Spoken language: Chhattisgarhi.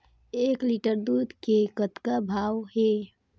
एक लिटर दूध के कतका भाव हे?